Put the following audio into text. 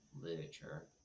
literature